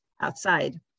outside